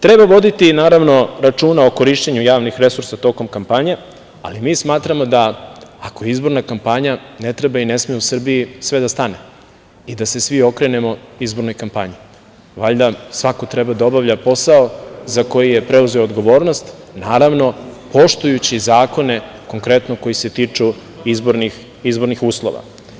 Treba voditi, naravno, računa o korišćenju javnih resursa tokom kampanje, ali mi smatramo da ako izborna kampanja ne treba i ne sme u Srbiji sve da stane i da se svi okrenemo izbornoj kampanji, valjda svako treba da obavlja posao za koji je preuzeo odgovornost, naravno, poštujući zakone konkretno koji se tiču izbornih uslova.